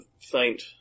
faint